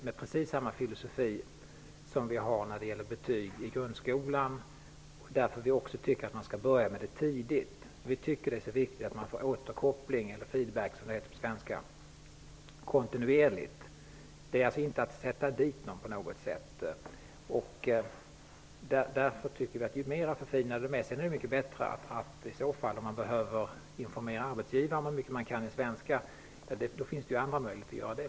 Det är precis samma filosofi som vi har när det gäller betyg i grundskolan. Det är därför som vi också tycker att man skall börja med det tidigt. Vi tycker att det är viktigt att man får återkoppling, eller ''feedback'' som det heter på svenska, kontinuerligt. Det är inte för att sätta dit någon på något sätt. Om man behöver informera arbetsgivaren om hur mycket man kan i svenska finns det ju andra möjligheter att göra det.